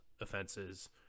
offenses